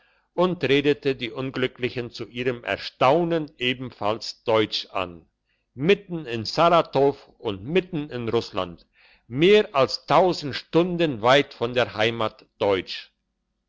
und redete die unglücklichen zu ihrem erstaunen ebenfalls deutsch an mitten in saratow und mitten in russland mehr als stunden weit von der heimat deutsch